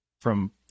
from-